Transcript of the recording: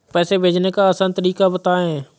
पैसे भेजने का आसान तरीका बताए?